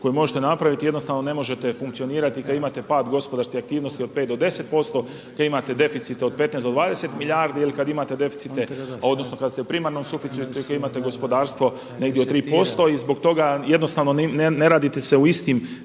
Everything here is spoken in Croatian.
koju možete napraviti, jednostavno ne možete funkcionirati kad imate pad gospodarske aktivnosti od 5 do 10%, kad imate deficit od 15 do 20 milijardi ili kad imate deficite odnosno kada ste u primarnom suficitu i kad imate gospodarstvo negdje od 3%. I zbog toga jednostavno ne radi se o istim